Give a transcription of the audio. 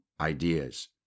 ideas